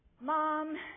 Mom